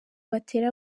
batere